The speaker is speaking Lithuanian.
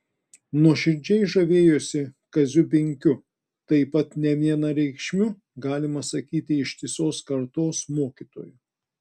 nuoširdžiai žavėjosi kaziu binkiu taip pat nevienareikšmiu galima sakyti ištisos kartos mokytoju